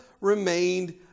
remained